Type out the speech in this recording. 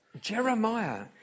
Jeremiah